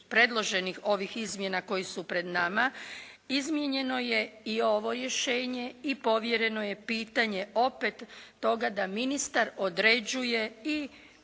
predloženih ovih izmjena koje su pred nama, izmijenjeno je i ovo rješenje i povjereno je pitanje opet toga da ministar određuje i